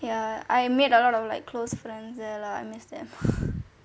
ya I made a lot of like close friends there lah I miss them